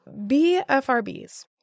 BFRBs